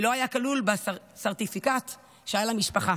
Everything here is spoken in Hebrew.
ולא היה כלול בסרטיפיקט שהיה למשפחה.